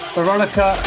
Veronica